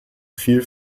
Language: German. viel